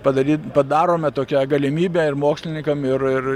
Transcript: padaryt padarome tokią galimybę ir mokslininkam ir ir